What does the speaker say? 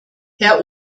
herr